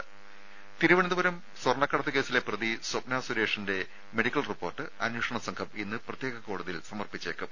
രുമ തിരുവനന്തപുരം സ്വർണക്കടത്ത് കേസിലെ പ്രതി സ്വപ്ന സുരേഷിന്റെ മെഡിക്കൽ റിപ്പോർട്ട് അന്വേഷണ സംഘം ഇന്ന് പ്രത്യേക കോടതിയിൽ സമർപ്പിച്ചേക്കും